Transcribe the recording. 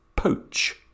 Poach